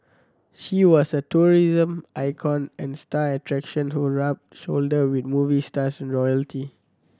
she was a tourism icon and star attraction who rubbed shoulder with movie stars and royalty